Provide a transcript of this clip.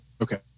Okay